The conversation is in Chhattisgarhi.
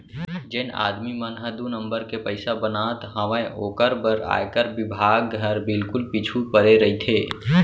जेन आदमी मन ह दू नंबर के पइसा बनात हावय ओकर बर आयकर बिभाग हर बिल्कुल पीछू परे रइथे